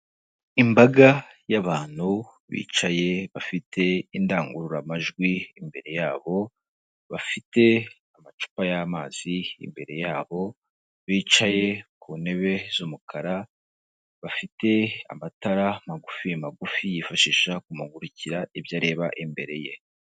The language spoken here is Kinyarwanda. Imbaga y'abantu bicaye bafite indangururamajwi imbere yabo, bafite amacupa y'amazi imbere yabo, bicaye ku ntebe z'umukara, bafite amatara magufi magufi yifashisha kumurikira ibyo areba imbere ye.